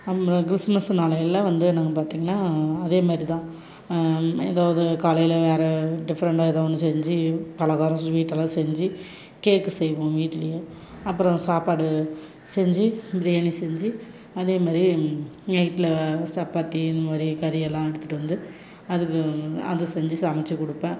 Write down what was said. அப்புறம் கிறிஸ்மஸ் நாளையில் வந்து நாங்கள் பார்த்திங்கனா அதே மாதிரி தான் ஏதாவது காலையில் வேறு டிஃப்ரெண்ட்டாக ஏதோ ஒன்று செஞ்சு பலகாரம் ஸ்வீட்டெல்லாம் செஞ்சு கேக்கு செய்வோம் வீட்லேயே அப்புறம் சாப்பாடு செஞ்சு பிரியாணி செஞ்சு அதேமாதிரி நைட்டில் சப்பாத்தி இந்தமாதிரி கறியெல்லாம் எடுத்துட்டு வந்து அதுக்கு அதை செஞ்சு சமைச்சி கொடுப்பேன்